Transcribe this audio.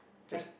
just